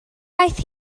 aeth